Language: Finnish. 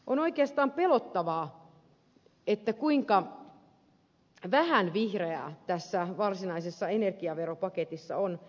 on oikeastaan pelottavaa kuinka vähän vihreää tässä varsinaisessa energiaveropaketissa on